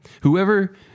whoever